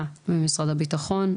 במשרד הביטחון.